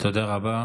תודה רבה.